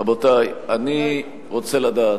רבותי, אני רוצה לדעת,